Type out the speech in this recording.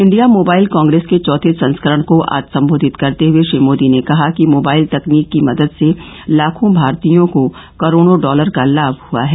India mobile congress के चौथे संस्करण को आज संबोधित करते हए श्री मोदी र्न कहा कि मोबाइल तकनीक की मदद से लाखों भारतीयों को करोडों डॉलर का लाभ हआ है